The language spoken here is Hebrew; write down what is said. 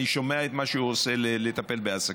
ואני שומע על מה שהוא עושה לטפל בעסקים.